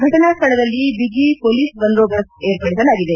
ಫಟನಾ ಸ್ವಳದಲ್ಲಿ ಬಿಗಿಪೋಲೀಸ್ ಬಂದೋಬಸ್ತ್ ಏರ್ಪಡಿಸಲಾಗಿದೆ